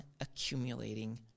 accumulating